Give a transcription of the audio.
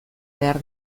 behar